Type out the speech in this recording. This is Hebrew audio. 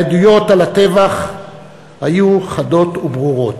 העדויות על הטבח היו חדות וברורות.